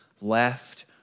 left